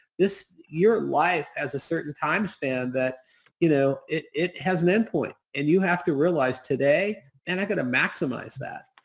your life has a certain time span that you know it it has an endpoint and you have to realize today and i'm going to maximize that.